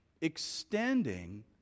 extending